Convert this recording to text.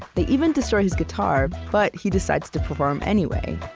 they even destroy his guitar, but he decides to perform anyway.